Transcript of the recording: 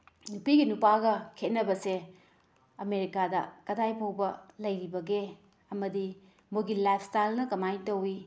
ꯅꯨꯄꯤꯒ ꯅꯨꯄꯥꯒ ꯈꯦꯠꯅꯕꯁꯦ ꯑꯃꯦꯔꯤꯀꯥꯗ ꯀꯗꯥꯏ ꯐꯥꯎꯕ ꯂꯩꯔꯤꯕꯒꯦ ꯑꯃꯗꯤ ꯃꯣꯏꯒꯤ ꯂꯥꯏꯐ ꯏꯁꯇꯥꯏꯜꯅ ꯀꯃꯥꯏꯅ ꯇꯧꯋꯤ